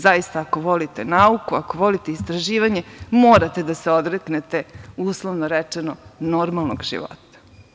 Zaista, ako volite nauku, ako volite istraživanje morate da se odreknete, uslovno rečeno, normalnog života.